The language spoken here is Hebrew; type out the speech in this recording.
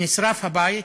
נשרף הבית,